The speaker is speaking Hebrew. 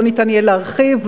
לא ניתן יהיה להרחיב,